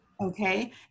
Okay